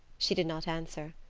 she did not answer.